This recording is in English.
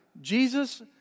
Jesus